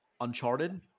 uncharted